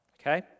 okay